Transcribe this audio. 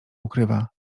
ukrywa